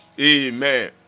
Amen